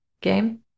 game